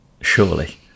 surely